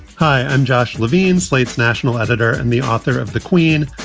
hi, i'm josh levine, slate's national editor and the author of the queen.